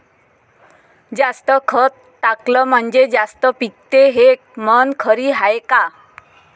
जास्त खत टाकलं म्हनजे जास्त पिकते हे म्हन खरी हाये का?